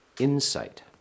insight